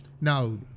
Now